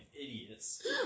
idiots